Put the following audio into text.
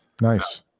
Nice